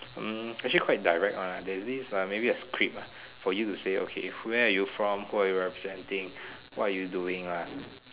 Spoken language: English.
hmm is actually quite direct one ah theres this maybe a script ah for you to say okay where are you from who are you representing what are you doing lah